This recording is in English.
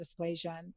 dysplasia